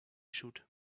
shoot